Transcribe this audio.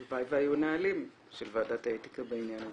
הלוואי שהיו נהלים של ועדת האתיקה בעניין הזה.